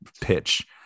pitch